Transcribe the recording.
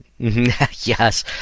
Yes